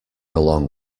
along